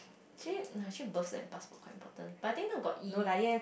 actually~ no actually both lap like quite important but then got if